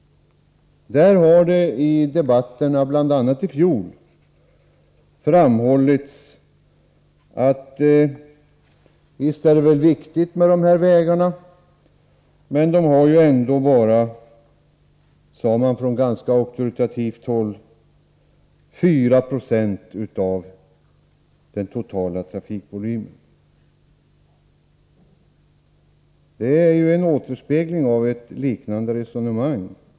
Där har det i debatten — bl.a. i fjol och då från ganska auktoritativt håll — framhållits att de här vägarna visst är viktiga men att de ändå bara har 4 96 av den totala trafikvolymen. Det är en återspegling av ett liknande resonemang.